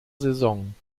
saison